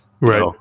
Right